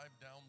down